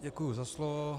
Děkuju za slovo.